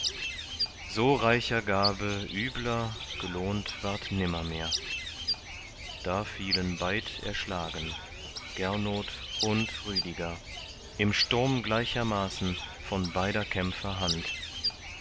so reicher gabe übler gelohnt ward nimmermehr da fielen beid erschlagen gernot und rüdiger im sturm gleichermaßen von beider kämpfer hand